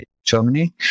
Germany